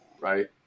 Right